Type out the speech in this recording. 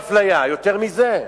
יותר מזה?